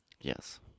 Yes